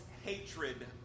hatred